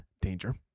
Danger